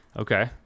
Okay